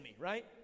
right